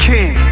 King